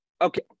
Okay